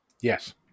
Yes